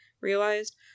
realized